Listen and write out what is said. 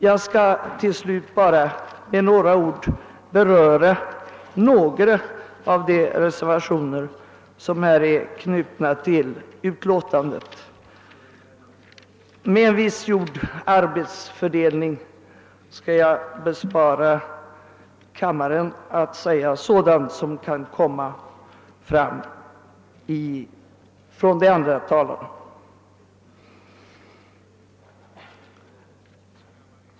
Jag skall till slut bara med några ord beröra några av de reservationer som är knutna till utlåtandet. Med en viss uppgjord arbetsfördelning skall jag begränsa mig och inte säga sådant som kan komma att anföras av de andra talarna.